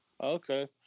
Okay